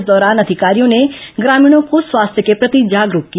इस दौरान अधिकारियों ने ग्रामीणों को स्वास्थ्य के प्रति जागरूक किया